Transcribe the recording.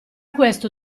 questo